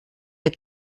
der